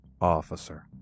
officer